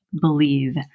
believe